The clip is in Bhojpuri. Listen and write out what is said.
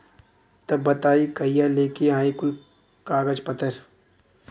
तब बताई कहिया लेके आई कुल कागज पतर?